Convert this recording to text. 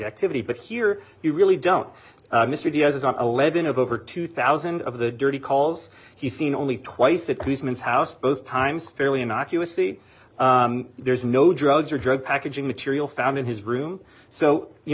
activity but here you really don't mr diaz on a lead in over two thousand of the dirty calls he's seen only twice at christmas house both times fairly innocuous see there's no drugs or drug packaging material found in his room so you